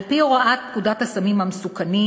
על-פי הוראת פקודת הסמים המסוכנים